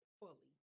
fully